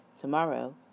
Tomorrow